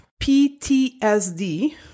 PTSD